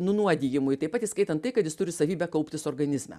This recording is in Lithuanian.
nunuodijimui taip pat įskaitant tai kad jis turi savybę kauptis organizme